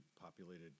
populated